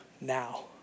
now